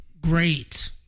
Great